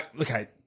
okay